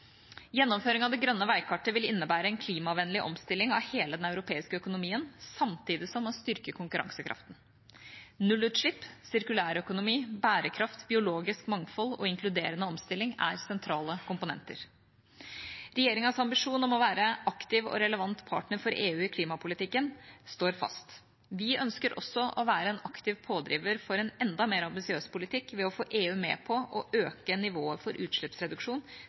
Gjennomføring av det grønne veikartet vil innebære en klimavennlig omstilling av hele den europeiske økonomien, samtidig som man styrker konkurransekraften. Nullutslipp, sirkulærøkonomi, bærekraft, biologisk mangfold og inkluderende omstilling er sentrale komponenter. Regjeringas ambisjon om å være en aktiv og relevant partner for EU i klimapolitikken står fast. Vi ønsker også å være en aktiv pådriver for en enda mer ambisiøs politikk ved å få EU med på å øke nivået for utslippsreduksjon